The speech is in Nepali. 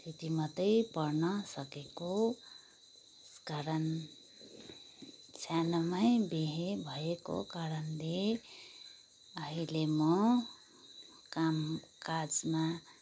यति मात्रै पढ्नसकेको कारण सानोमै बिहे भएको कारणले अहिले म कामकाजमा